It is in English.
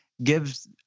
gives